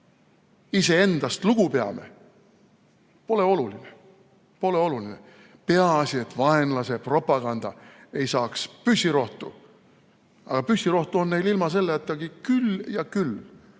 iseendast lugu peame, pole oluline. Pole oluline! Peaasi, et vaenlase propaganda ei saaks püssirohtu. Aga püssirohtu on neil ilma selletagi küll ja küll.